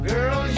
Girl